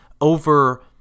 over